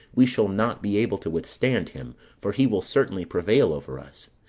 we shall not be able to withstand him for he will certainly prevail over us.